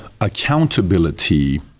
accountability